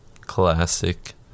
classic